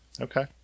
Okay